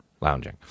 lounging